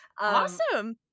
Awesome